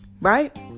right